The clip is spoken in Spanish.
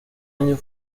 año